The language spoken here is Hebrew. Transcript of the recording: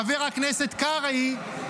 חבר הכנסת קרעי,